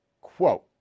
Quote